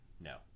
No